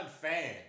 fan